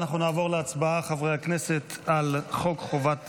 נעבור להצבעה על חוק חובת